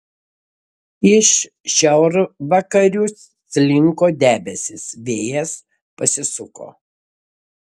iš šiaurvakarių slinko debesys vėjas pasisuko